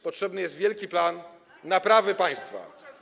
Potrzebny jest wielki plan naprawy państwa.